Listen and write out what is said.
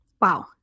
Wow